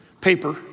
paper